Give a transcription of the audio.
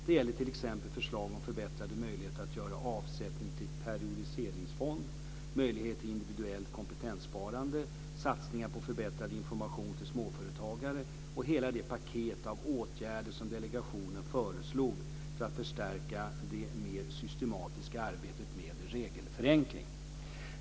Det gäller t.ex. förslag om förbättrade möjligheter att göra avsättningar till periodiseringsfond, möjligheten till individuellt kompetenssparande, satsningar på förbättrad information till småföretagare och hela det paket av åtgärder som delegationen föreslog för att förstärka det mer systematiska arbetet med regelförenkling.